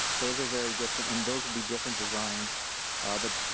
those are very different and those will be different designs but